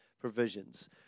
provisions